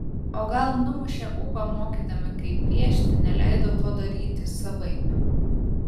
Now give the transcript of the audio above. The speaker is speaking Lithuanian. o gal numušė ūpą mokydami kaip piešti neleido to daryti savaip